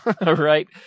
right